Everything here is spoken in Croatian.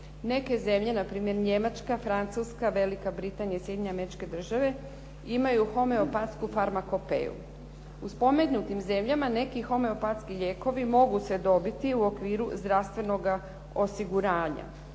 Neke zemlje, na primjer Njemačka, Francuska, Velika Britanija i Sjedinjene Američke Države imaju homeopatsku farmakopeju. U spomenutim zemljama neki homeopatski lijekovi mogu se dobiti u okviru zdravstvenoga osiguranja.